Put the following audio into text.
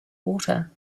water